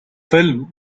film